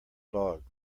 dog